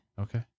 Okay